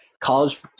College